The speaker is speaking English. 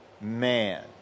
man